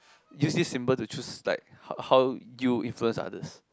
use this symbol to choose like how you influence others